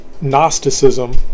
Gnosticism